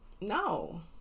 No